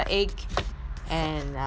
and uh onions